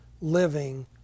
living